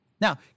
Now